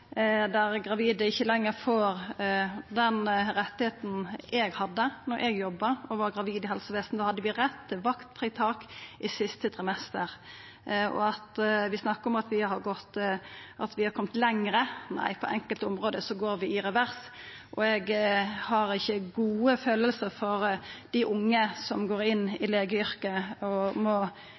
helsevesenet no. Gravide får ikkje lenger den retten eg hadde då eg jobba i helsevesenet og var gravid. Då hadde vi rett til vaktfritak i siste trimester. Vi snakkar om at vi har kome lenger – nei, på enkelte område går vi i revers. Eg har ikkje gode følelsar for at dei unge som går inn i legeyrket, må